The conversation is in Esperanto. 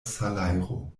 salajro